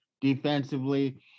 defensively